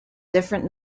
different